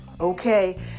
okay